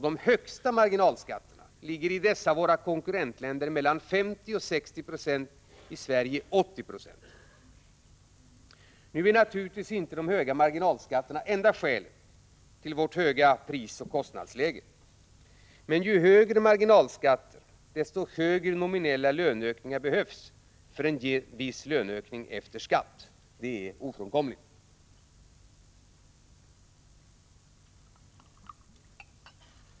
De högsta marginalskatterna är i dessa våra konkurrentländer mellan 50 och 60 96, i Sverige 80 96. Marginalskatterna är naturligtvis inte enda skälet till vårt höga prisoch kostnadsläge. Men ju högre marginalskatter, desto högre nominella löneökningar behövs för att ge en viss löneökning efter skatt. Det är ofrånkomligt.